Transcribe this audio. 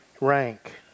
rank